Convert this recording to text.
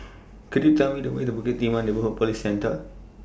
Could YOU Tell Me The Way to Bukit Timah Neighbourhood Police Centre